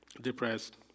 depressed